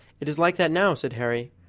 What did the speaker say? it is like that now, said harry.